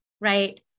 right